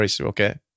Okay